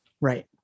Right